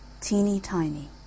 TEENY-TINY